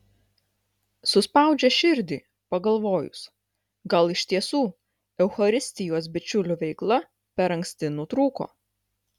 suspaudžia širdį pagalvojus gal iš tiesų eucharistijos bičiulių veikla per anksti nutrūko